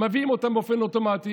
מביאים אותן באופן אוטומטי.